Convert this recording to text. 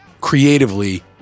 creatively